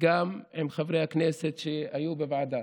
גם עם חברי הכנסת שהיו בוועדה,